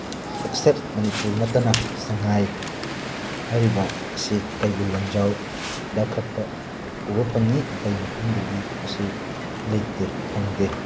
accept Manipur ꯅꯠꯇꯅ ꯁꯉꯥꯏ ꯍꯥꯏꯔꯤꯕ ꯑꯁꯤ ꯀꯩꯕꯨꯜ ꯂꯝꯖꯥꯎꯗ ꯈꯛꯇ ꯎꯕ ꯐꯪꯏ ꯑꯇꯩ ꯃꯐꯝꯗꯗꯤ ꯑꯁꯤ ꯂꯩꯇꯦ ꯐꯪꯗꯦ